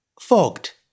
Fogged